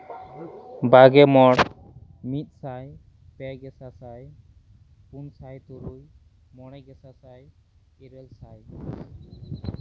ᱵᱟᱜᱮ ᱢᱚᱬ ᱢᱤᱫ ᱥᱟᱭ ᱯᱮ ᱜᱮ ᱥᱟᱥᱟᱭ ᱯᱩᱱ ᱥᱟᱭ ᱛᱩᱨᱩᱭ ᱢᱚᱬᱮ ᱜᱮᱥᱟᱥᱟᱭ ᱤᱨᱟᱹᱞ ᱥᱟᱭ